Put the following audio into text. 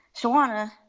Shawana